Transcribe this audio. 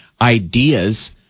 ideas